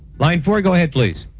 line four, go ahead please.